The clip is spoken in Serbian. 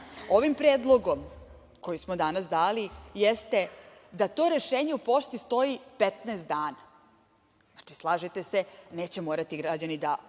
predlogom koji smo danas dali jeste da to rešenje u pošti stoji 15 dana. Znači, slažete se, neće morati građani da